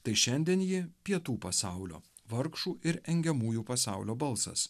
tai šiandien ji pietų pasaulio vargšų ir engiamųjų pasaulio balsas